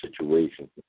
situation